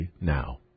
now